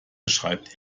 beschreibt